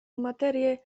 materię